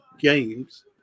games